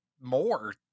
More